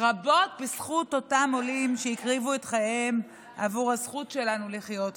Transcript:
רבות בזכות אותם עולים שהקריבו את חייהם עבור הזכות שלנו לחיות כאן.